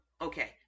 okay